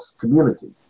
community